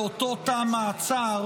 באותו תא מעצר,